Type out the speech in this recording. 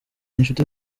inshuti